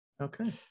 Okay